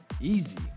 Easy